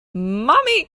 mommy